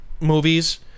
movies